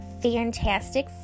fantastic